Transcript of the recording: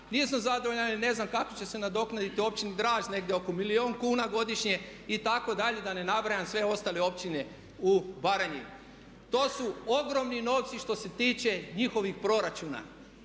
Nisam zadovoljan jer ne znam kako će se nadoknaditi Općini Draž negdje oko milijun kuna godišnje, itd. da ne nabrajam sve ostale općine u Baranji. To su ogromni novci što se tiče njihovih proračuna.